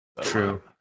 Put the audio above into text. True